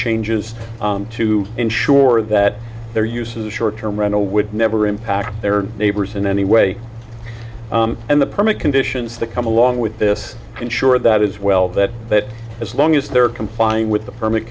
changes to ensure that their use of the short term rental would never impact their neighbors in any way and the permit conditions that come along with this ensure that is well that that as long as they're complying with the permit